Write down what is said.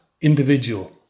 individual